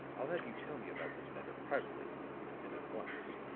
i'll have you tell me about this matter privately and at once.